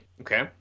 Okay